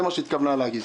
זה מה שהיא התכוונה להגיד.